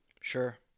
Sure